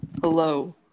Hello